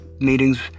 meetings